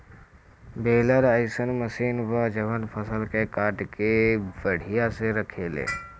baler अइसन machine बा जवन फसल के काट के बढ़िया से रखेले